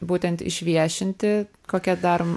būtent išviešinti kokie dar